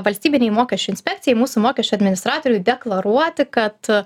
valstybinei mokesčių inspekcijai mūsų mokesčių administratoriui deklaruoti kad